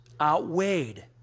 outweighed